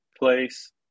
place